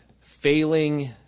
failing